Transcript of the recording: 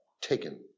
taken